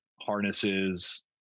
harnesses